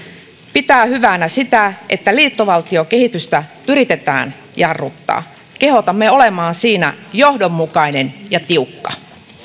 pitää hyvänä sitä että liittovaltiokehitystä yritetään jarruttaa kehotamme olemaan siinä johdonmukainen ja tiukka